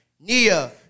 Nia